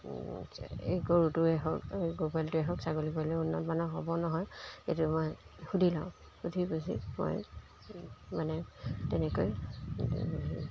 এই গৰুটোৱে হওক এই গৰু পোৱালিটোৱে হওক ছাগলী পোৱালি উন্নত মানৰ হ'ব নহয় সেইটো মই সুধি লওঁ সুধি বুজি মই মানে তেনেকৈ